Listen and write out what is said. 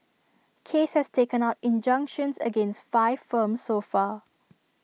case has taken out injunctions against five firms so far